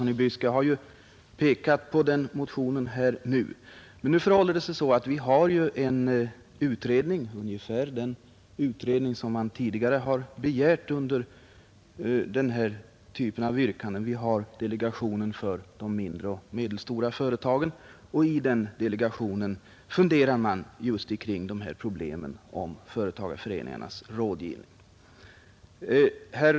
Nu har vi emellertid redan en arbetande utredning, delegationen för de mindre och medelstora företagen. Där arbetar man just med problemen om företagareföreningarnas rådgivning.